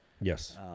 Yes